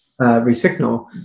Resignal